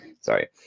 Sorry